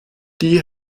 die